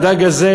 עם הדג, הדג הזה,